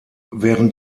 während